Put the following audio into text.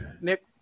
Nick